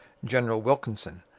general wilkinson,